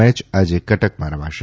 match આજે કટકમાં રમાશે